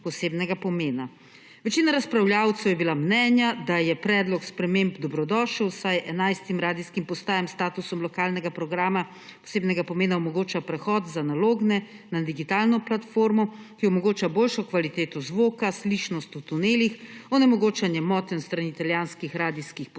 Večina razpravljavcev je bila mnenja, da je predlog sprememb dobrodošel, saj 11 radijskim postajam s statusom lokalnega programa posebnega pomena omogoča prehod z analogne na digitalno platformo, ki omogoča boljšo kvaliteto zvoka, slišnost v tunelih, onemogočanje motenj s strani italijanskih radijskih postaj